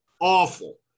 awful